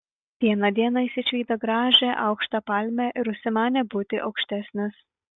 vieną dieną jis išvydo gražią aukštą palmę ir užsimanė būti aukštesnis